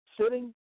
Sitting